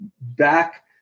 back